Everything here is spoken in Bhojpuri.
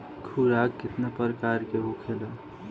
खुराक केतना प्रकार के होखेला?